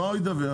מה הוא ידווח?